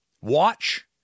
watch